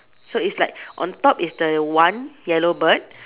so it's like on top is the one yellow bird